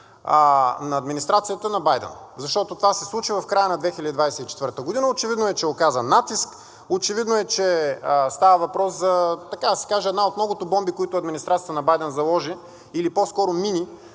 на администрацията на Байдън, защото това се случи в края на 2024 г. Очевидно е, че е оказан натиск. Очевидно е, че става въпрос за, така да се каже, една от многото бомби, които администрацията на Байдън заложи, или по-скоро мини,